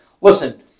Listen